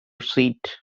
seat